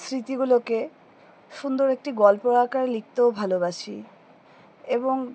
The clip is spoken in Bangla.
স্মৃতিগুলোকে সুন্দর একটি গল্প আকারে লিখতেও ভালোবাসি এবং